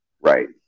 Right